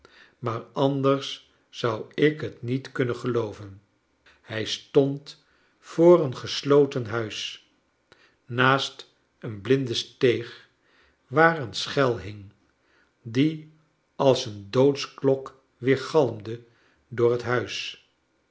maar anders zou ik het niet kunnen gelooven hij stond voor een gesloten huis naast een blinde steeg waar een schel hing die als een doodsklok weergalmde door het huis